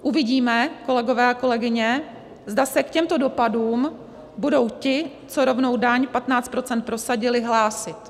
Uvidíme, kolegové a kolegyně, zda se k těmto dopadům budou ti, co rovnou daň 15 % prosadili, hlásit.